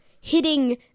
hitting